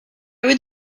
would